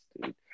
dude